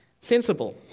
Sensible